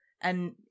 and-